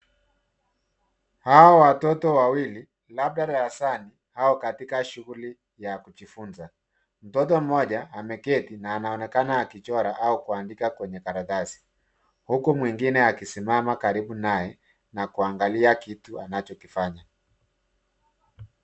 Hawa watoto wawili, labda darasani, hao katika shughuli ya kujifunza. Mtoto mmoja, ameketi, na anaonekana akichora au kuandika kwenye karatasi. Huku mwingine akisimama karibu naye, na kuangalia kitu anachokifanya.